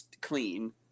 clean